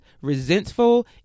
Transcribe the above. resentful